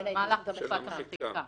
במהלך תקופת המחיקה.